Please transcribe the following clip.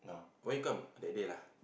why you come that day lah